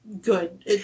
good